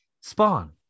Spawn